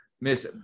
Miss